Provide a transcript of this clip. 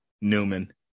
Newman